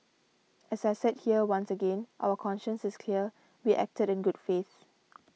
as I said here once again our conscience is clear we acted in good faith